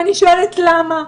ואני שואלת למה?